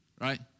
right